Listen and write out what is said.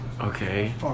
Okay